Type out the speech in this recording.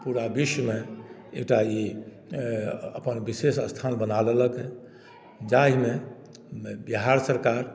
पूरा विश्वमे एकटा ई अपन विशेष स्थान बना लेलकए जाहिमे बिहार सरकार